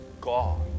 God